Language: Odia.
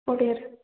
ପଡ଼ିଆରେ